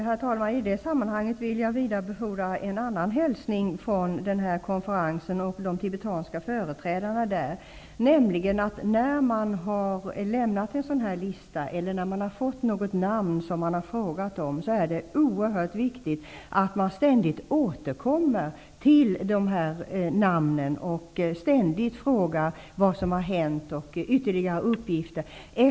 Herr talman! I detta sammanhang vill jag vidarebefordra en annan hälsning från denna konferens och de tibetanska företrädarna där. När man har lämnat en sådan här lista eller fått något namn som man har frågat om, är det oerhört viktigt att man ständigt återkommer till dessa namn, frågar vad som har hänt och begär ytterligare uppgifter.